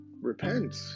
repent